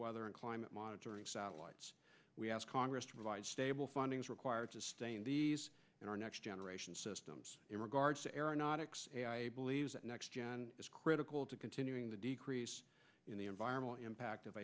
weather and climate monitoring satellites we ask congress to provide stable funding is required to sustain these in our next generation systems in regards to aeronautics believes that next gen is critical to continuing the decrease in the environment impact of